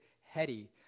heady